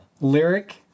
lyric